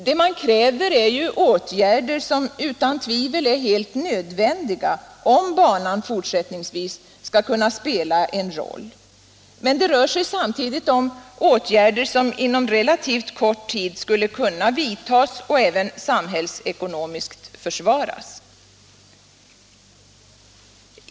Det man kräver är åtgärder som utan tvivel är helt nödvändiga om banan fortsättningsvis skall kunna spela en roll. Men det rör sig samtidigt om åtgärder som skulle kunna vidtas inom relativt kort tid och även samhällsekonomiskt försvaras.